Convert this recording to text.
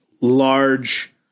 large